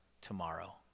tomorrow